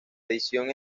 edición